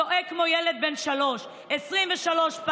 צועק כמו ילד בן שלוש 23 פעמים.